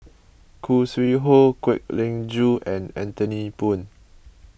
Khoo Sui Hoe Kwek Leng Joo and Anthony Poon